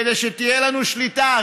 כדי שתהיה לנו שליטה.